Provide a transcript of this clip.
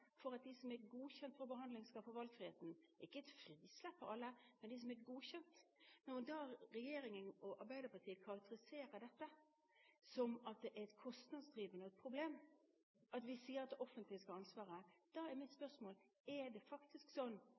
for at de som er godkjent for behandling, skal få valgfriheten, så er ikke det et frislipp for alle, men for dem som er godkjent. Når da regjeringen og Arbeiderpartiet karakteriserer det som et kostnadsdrivende problem at vi sier at det offentlige skal ha ansvaret, da er mitt spørsmål: Er det faktisk